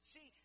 See